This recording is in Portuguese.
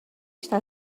está